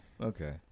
okay